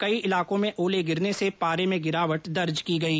कई इलाको में ओले गिरने से पारे में गिरावट दर्ज की गई